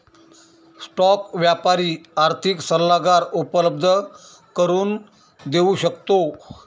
stock व्यापारी आर्थिक सल्लागार उपलब्ध करून देऊ शकतो